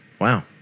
Wow